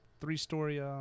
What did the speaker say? three-story